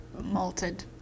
malted